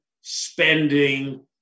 spending